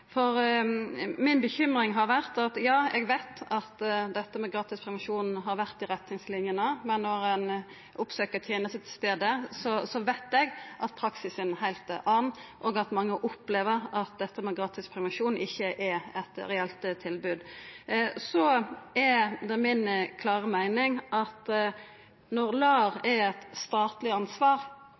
har vore at det har stått om gratis prevensjon i retningslinjene, men når ein oppsøkjer tenestestaden, veit eg at praksis er ein heilt annan, og at mange opplever at gratis prevensjon ikkje er eit reelt tilbod. Det er mi klare meining at når LAR er eit statleg ansvar,